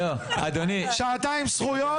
שעתיים זכויות,